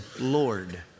Lord